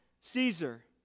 Caesar